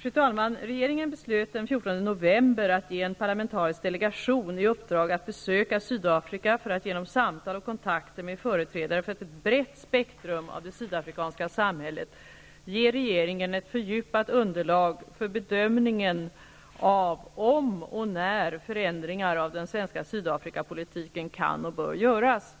Fru talman! Regeringen beslöt den 14 november att ge en parlamentarisk delegation i uppdrag att besöka Sydafrika för att genom samtal och kontakter med företrädare för ett brett spektrum av det sydafrikanska samhället ge regeringen ett fördjupat underlag för bedömningen av om och när förändringar av den svenska Sydafrikapolitiken kan och bör göras.